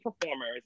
performers